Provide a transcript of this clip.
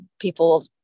people